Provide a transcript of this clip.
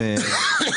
אחת,